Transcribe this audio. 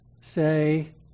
say